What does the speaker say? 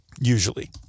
Usually